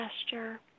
gesture